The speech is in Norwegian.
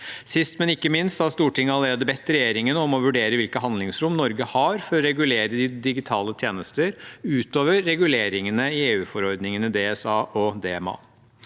Sist, men ikke minst, har Stortinget allerede bedt regjeringen om å vurdere hvilke handlingsrom Norge har for å regulere digitale tjenester utover reguleringene i EU-forordningene DSA og DMA.